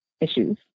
issues